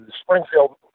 Springfield